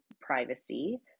privacy